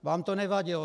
Vám to nevadilo.